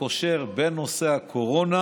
וקושר בין נושא הקורונה